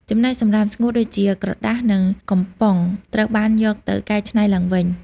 ចំណែកសំរាមស្ងួតដូចជាក្រដាស និងកំប៉ុងត្រូវបានយកទៅកែច្នៃឡើងវិញ។